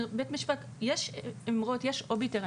יש אוביטר,